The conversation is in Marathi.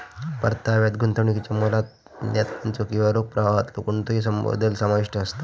परताव्यात गुंतवणुकीच्या मूल्यातलो किंवा रोख प्रवाहातलो कोणतोही बदल समाविष्ट असता